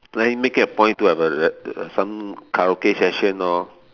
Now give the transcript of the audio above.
planning make it a point to have a a some karaoke session lor